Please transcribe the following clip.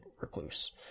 Recluse